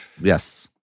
Yes